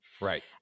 right